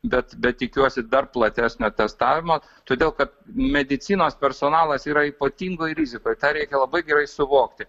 bet bet tikiuosi dar platesnio testavimo todėl kad medicinos personalas yra ypatingoj rizikoj tą reikia labai gerai suvokti